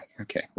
Okay